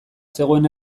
zegoen